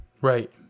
Right